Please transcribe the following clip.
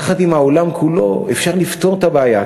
יחד עם העולם כולו, אפשר לפתור את הבעיה.